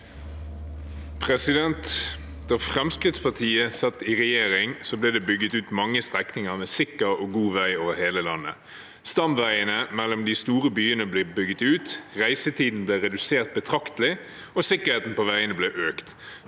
«Da Frem- skrittspartiet satt i regjering, ble det bygget ut mange strekninger med sikker og god vei over hele landet. Stamveiene mellom de store byene ble bygget ut, reisetiden ble redusert betraktelig, og sikkerheten på veiene ble økt.